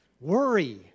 Worry